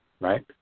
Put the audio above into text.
Right